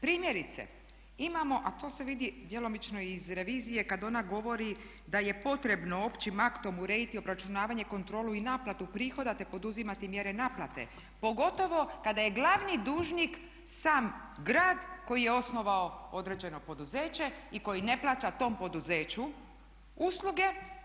Primjerice imamo a to se vidi djelomično i iz revizije kada ona govori da je potrebno općim aktom urediti obračunavanje, kontrolu i naplatu prihoda te poduzimati mjere naplate pogotovo kada je glavni dužnik sam grad koji je osnovao određeno poduzeće i koji ne plaća tom poduzeću usluge.